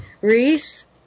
Reese